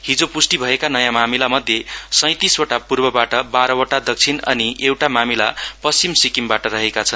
हिजो पुष्टि भएका नयाँ मामिलामध्ये सैतीसवटा पूर्वबाट बाह्रवटा दक्षिण अनि एउटा मामिला पश्चिम सिक्किम बाट रहेका छन्